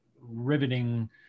riveting